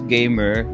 Gamer